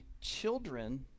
children